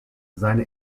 seine